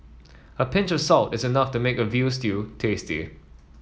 a pinch of salt is enough to make a veal stew tasty